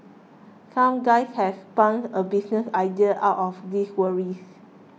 some guys have spun a business idea out of this worries